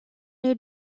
new